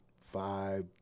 five